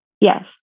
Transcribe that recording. Yes